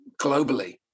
globally